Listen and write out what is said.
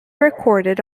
recorded